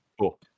Cool